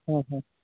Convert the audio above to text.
হয় হয়